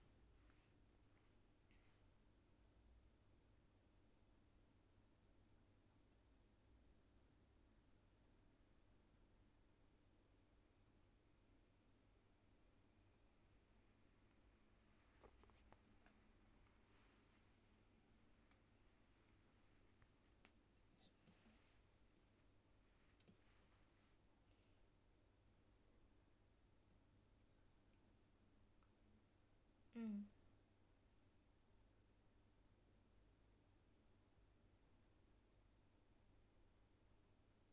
mm